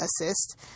assist